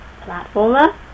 platformer